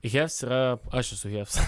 heavs yra aš esu heavs